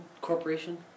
Corporation